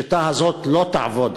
השיטה הזאת לא תעבוד.